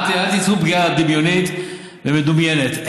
אל תיצרו פגיעה דמיונית ומדומיינת.